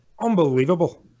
unbelievable